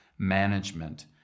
management